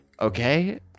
okay